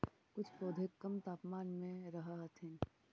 कुछ पौधे कम तापमान में रहथिन